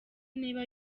niba